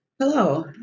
Hello